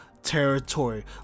territory